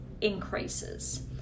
increases